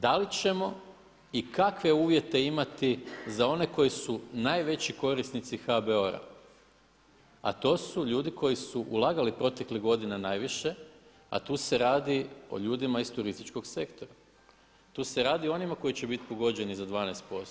Da li ćemo i kakve uvjete imati za one koji su najveći korisnici HBOR-a, a to su ljudi koji su ulagali proteklih godina najviše, a tu se radi o ljudima iz turističkog sektora, tu se radi o onima koji će biti pogođeni za 12%